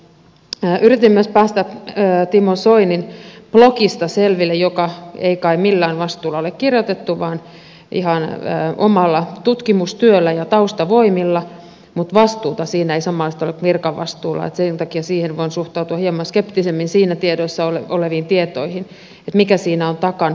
yritin myös päästä timo soinin blogista selville joka ei kai millään vastuulla ole kirjoitettu vaan ihan omalla tutkimustyöllä ja taustavoimilla mutta vastuuta siinä ei samanlaista ole kuin virkavastuulla että sen takia voin suhtautua hieman skeptisemmin siinä oleviin tietoihin että mikä siinä on takana